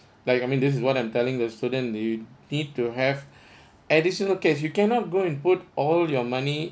like I mean this is what I'm telling the student you need to have additional case you cannot go and put all your money